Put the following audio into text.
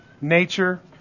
nature